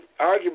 arguably